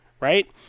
right